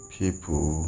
people